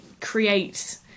create